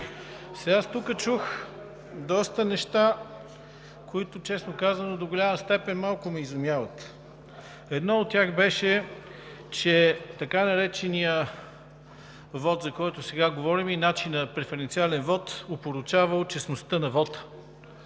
колеги! Тук чух доста неща, които, честно казано, до голяма степен ме изумяват. Едно от тях беше, че така нареченият вот, за който сега говорим, и начинът на преференциалния вот опорочавал честността на вота.